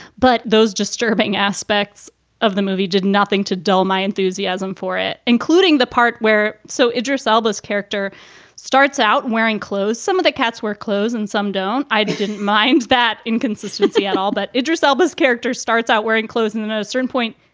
but those disturbing aspects of the movie did nothing to dull my enthusiasm for it, including the part where so idris elbow's character starts out wearing clothes. some of the cats wear clothes and some don't. i didn't mind that inconsistency at all, but idris elba, as character starts out wearing clothes in and a certain point,